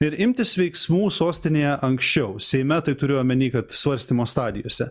ir imtis veiksmų sostinėje anksčiau seime tai turiu omeny kad svarstymo stadijose